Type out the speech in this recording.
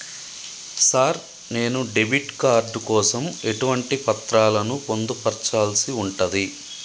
Sir నేను debit card కోసం ఎటువంటి పత్రాలను పొందుపర్చాల్సి ఉంటది?